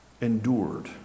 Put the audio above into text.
endured